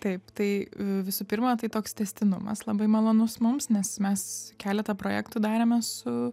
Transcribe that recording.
taip tai visų pirma tai toks tęstinumas labai malonus mums nes mes keletą projektų darėme su